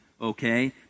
okay